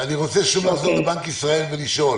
אני רוצה שוב לחזור לבנק ישראל ולשאול